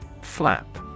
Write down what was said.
Flap